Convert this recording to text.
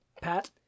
Pat